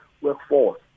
workforce